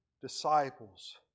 disciples